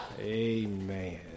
Amen